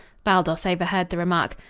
baldos overheard the remark.